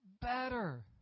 better